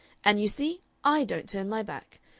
and you see, i don't turn my back,